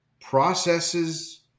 processes